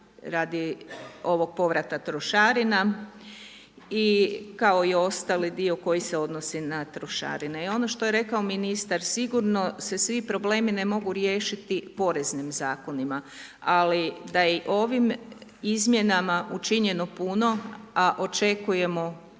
radi ovog povrata trošarina i kao i ostali dio koji se odnosi na trošarine. I ono što je rekao ministar, sigurno se svi problemi ne mogu riješiti poreznim zakonima, ali da i ovim izmjenama učinjeno puno, a očekujemo